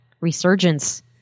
resurgence